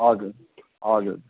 हजुर हजुर